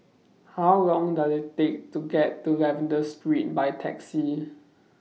How Long Does IT Take to get to Lavender Street By Taxi